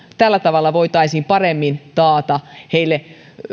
tällä tavalla voitaisiin paremmin taata heille